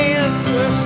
answer